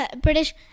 British